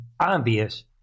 Obvious